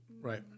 Right